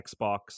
Xbox